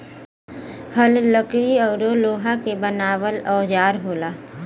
हल लकड़ी औरु लोहा क बनावल औजार होला